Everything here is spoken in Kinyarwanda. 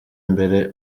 imbere